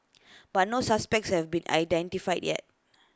but no suspects have been identified yet